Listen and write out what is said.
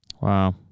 wow